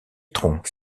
troncs